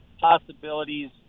possibilities